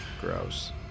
Gross